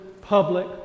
public